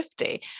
50